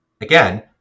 Again